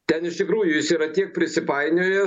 ten iš tikrųjų jis yra tiek prisipainiojęs